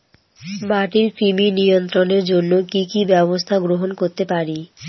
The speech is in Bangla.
মাটির কৃমি নিয়ন্ত্রণের জন্য কি কি ব্যবস্থা গ্রহণ করতে পারি?